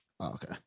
Okay